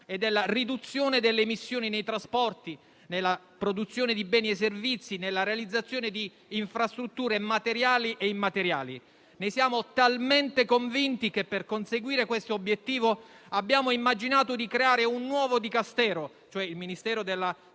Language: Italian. e della riduzione delle emissioni nei trasporti, nella produzione di beni e servizi, nella realizzazione di infrastrutture materiali e immateriali. Ne siamo talmente convinti che per conseguire questo obiettivo abbiamo immaginato di creare un nuovo Dicastero (il Ministero della